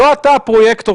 לא אתה הפרויקטור.